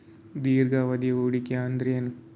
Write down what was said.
ದೀರ್ಘಾವಧಿ ಹೂಡಿಕೆ ಅಂದ್ರ ಏನು?